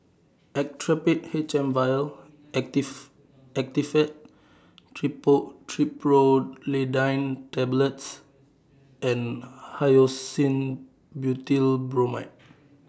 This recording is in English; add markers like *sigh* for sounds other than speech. Actrapid H M Vial *unintelligible* Actifed *unintelligible* Triprolidine Tablets and Hyoscine Butylbromide